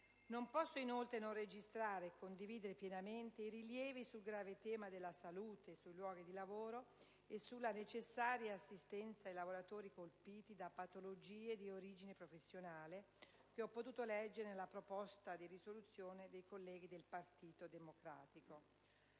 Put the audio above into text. Non posso inoltre non registrare e condividere pienamente i rilievi sul tema della salute, sui luoghi di lavoro e sulla necessaria assistenza ai lavoratori colpiti da patologie di origine professionale, che ho potuto leggere nella proposta di risoluzione dei colleghi del Partito Democratico.